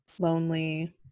lonely